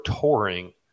touring